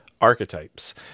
archetypes